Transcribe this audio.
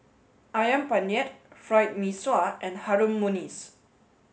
Ayam Penyet Fried Mee Sua and Harum Manis